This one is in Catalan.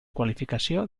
qualificació